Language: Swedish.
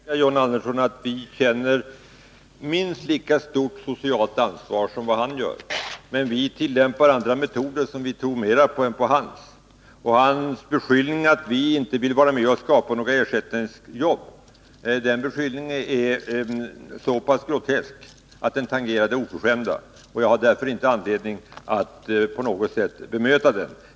Herr talman! Jag kan försäkra John Andersson att vi känner minst lika stort socialt ansvar som han gör, men vi tillämpar andra metoder, som vi tror mera på. Hans beskyllning att vi inte vill vara med och skapa några ersättningsjobb är så pass grotesk att den tangerar det oförskämda. Jag har därför ingen anledning att på något sätt bemöta den.